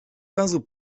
razu